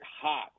hot